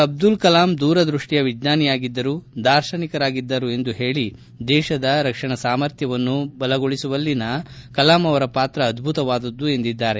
ಅಬ್ದುಲ್ ಕಲಾಂ ದೂರದೃಷ್ಠಿಯ ವಿಜ್ಞಾನಿಯಾಗಿದ್ದರು ದಾರ್ಶನಿಕರಾಗಿದ್ದರು ಎಂದು ಹೇಳಿ ದೇಶದ ರಕ್ಷಣಾ ಸಾಮರ್ಥ್ಯವನ್ನು ಬಲಗೊಳಿಸುವಲ್ಲಿನ ಕಲಾಂ ಅವರ ಪಾತ್ರ ಅದ್ಭುತವಾದದ್ದು ಎಂದಿದ್ದಾರೆ